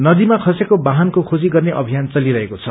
नदीमा खसेको वाहनको खोजी गर्ने अभियान चलिरहेको छ